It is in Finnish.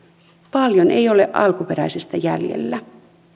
paljon ei ole alkuperäisestä jäljellä